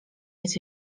jest